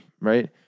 right